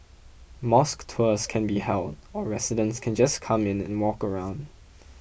mosque tours can be held or residents can just come in and walk around